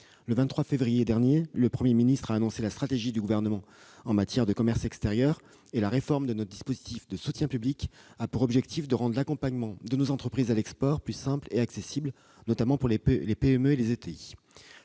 Le 23 février 2018 dernier, le Premier ministre a annoncé la stratégie du Gouvernement en matière de commerce extérieur. La réforme de notre dispositif de soutien public a pour objectif de rendre l'accompagnement de nos entreprises à l'export plus simple et plus accessible, notamment pour les PME et les ETI,